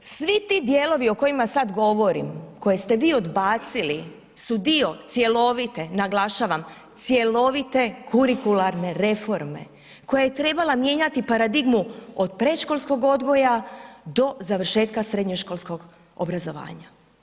Svi ti dijelovi o kojima sad govorim koje ste vi odbacili su dio cjelovite, naglašavam cjelovite kurikularne reforme koja je trebala mijenjati paradigmu od predškolskog odgoja do završetka srednjoškolskog obrazovanja.